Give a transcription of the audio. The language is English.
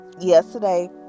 yesterday